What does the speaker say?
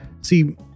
See